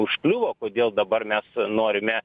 užkliuvo kodėl dabar mes norime